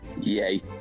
yay